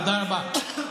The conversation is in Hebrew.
תודה רבה.